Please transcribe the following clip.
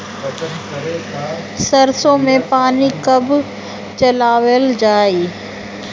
सरसो में पानी कब चलावल जाई?